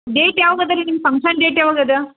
date ಯಾವಾಗ ಅದ ರೀ ನಿಮ್ಮ ಫಂಕ್ಷನ್ ಡೇಟ್ ಯಾವಾಗ ಅದಾ